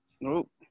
Nope